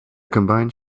combined